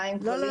מים וכו'?